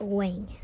wing